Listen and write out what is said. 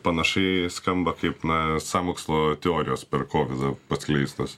panašiai skamba kaip na sąmokslo teorijos per kovidą paskleistos